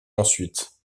ensuite